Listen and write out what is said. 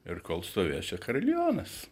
ir kol stovės čia karilionas